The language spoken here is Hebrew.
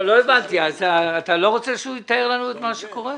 רוצה שהוא יתאר לנו את מה שקורה?